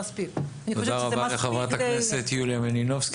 תודה רבה לחברת הכנסת יוליה מלינובסקי.